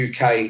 UK